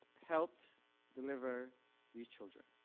helped deliver these children.